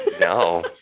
No